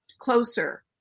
closer